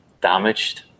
damaged